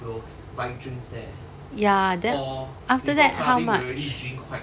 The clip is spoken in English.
works by drums there ya then after that how much